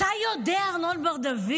אתה יודע, ארנון בר דוד,